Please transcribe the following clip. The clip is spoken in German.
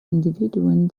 individuen